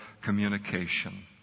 communication